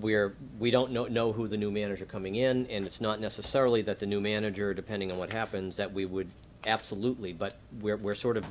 where we don't know who the new manager coming in and it's not necessarily that the new manager depending on what happens that we would absolutely but where we're sort of